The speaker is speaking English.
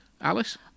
Alice